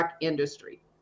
industry